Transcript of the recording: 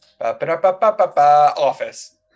office